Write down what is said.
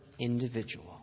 individual